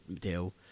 deal